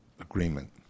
agreement